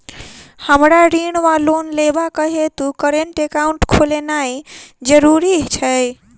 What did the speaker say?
हमरा ऋण वा लोन लेबाक हेतु करेन्ट एकाउंट खोलेनैय जरूरी छै?